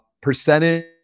percentage